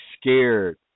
scared